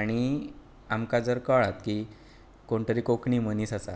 आनी आमकां जर कळात की कोण तरी कोंकणी मनीस आसा